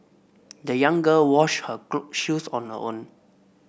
the young girl washed her shoes on her own